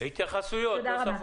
תודה, נצ"מ